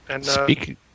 Speaking